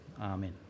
amen